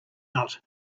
not